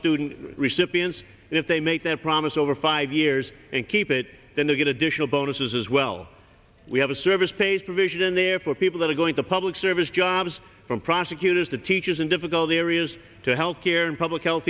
student recipients and if they make that promise over five years and keep it then you get additional bonuses as well we have a service pays provision there for people that are going to public service jobs from prosecutors to teachers in difficult areas to health care and public health